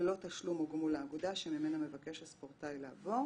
ללא תשלום או גמול לאגודה שממנה מבקש הספורטאי לעבור.